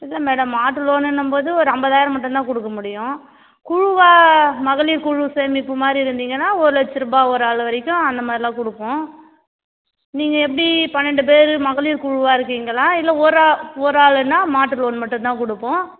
இல்லை மேடம் மாட்டு லோனுன்னும்போது ஒரு ஐம்பதாயிரம் மட்டும் தான் கொடுக்க முடியும் குழுவாக மகளிர் குழு சேமிப்பு மாதிரி இருந்திங்கன்னா ஒரு லட்சம் ரூபா ஒரு ஆள் வரைக்கும் அந்த மாதிரிலாம் கொடுப்போம் நீங்கள் எப்படி பன்னெண்டு பேர் மகளிர் குழுவாக இருக்கீங்களா இல்லை ஒரு ஆ ஒரு ஆளுன்னா மாட்டு லோன் மட்டும் தான் கொடுப்போம்